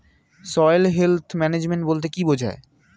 Soil health management বলতে কি বুঝায়?